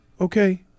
Okay